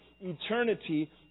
eternity